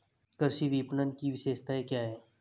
कृषि विपणन की विशेषताएं क्या हैं?